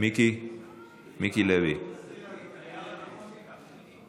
מיקי לוי נמצא כאן.